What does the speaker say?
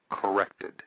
corrected